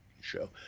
show